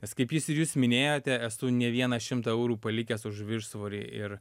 nes kaip jis ir jūs minėjote esu ne vieną šimtą eurų palikęs už viršsvorį ir